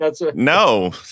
No